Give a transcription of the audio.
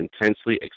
intensely